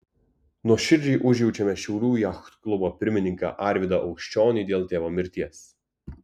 nuoširdžiai užjaučiame šiaulių jachtklubo pirmininką arvydą aukščionį dėl tėvo mirties